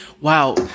wow